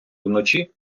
вночі